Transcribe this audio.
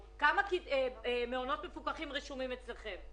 כמה מעונות מפוקחים רשומים אצלכם?